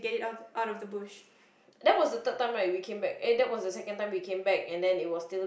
that was the third time right we came back eh that was the second time we came back and then it was still